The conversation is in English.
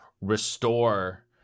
restore